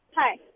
Hi